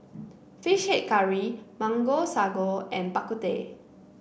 fish head curry Mango Sago and Bak Kut Teh